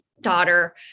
daughter